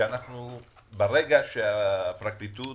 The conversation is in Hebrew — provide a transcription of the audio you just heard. ברגע שהפרקליטות